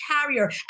carrier